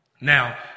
Now